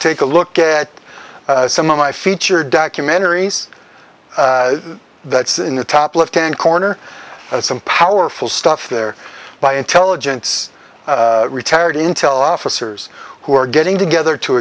take a look at some of my feature documentaries that's in the top left hand corner some powerful stuff there by intelligence retired intel officers who are getting together to